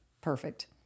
perfect